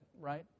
right